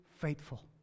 faithful